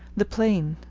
the plane,